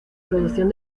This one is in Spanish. producción